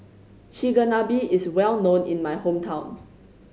Chigenabe is well known in my hometown